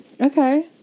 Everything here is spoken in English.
okay